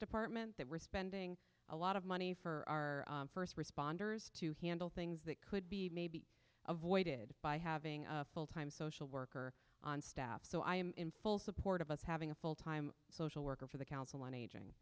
department that we're spending a lot of money for our st responders to handle things that could be maybe avoided by having a full time social worker on staff so i am in full support of us having a full time social worker for the council on aging